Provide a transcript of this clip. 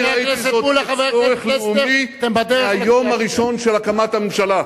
אני ראיתי זאת כצורך לאומי מהיום הראשון של הקמת הממשלה.